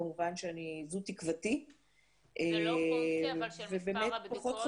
כמובן שזו תקוותי -- זה לא קשור לזה שמספר הבדיקות הלך ועלה?